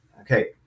okay